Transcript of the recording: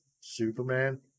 superman